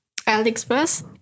AliExpress